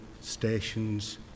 stations